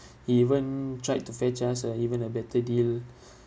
he even tried to fetch us a even a better deal